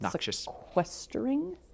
sequestering